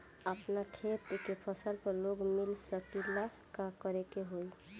अपना खेत के फसल पर लोन मिल सकीएला का करे के होई?